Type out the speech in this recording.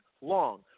long